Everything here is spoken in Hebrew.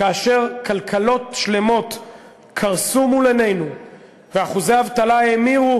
כאשר כלכלות שלמות קרסו מול עינינו ואחוזי האבטלה האמירו